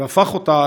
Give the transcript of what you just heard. והפך אותה,